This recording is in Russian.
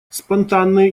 спонтанные